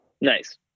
Nice